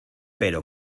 pero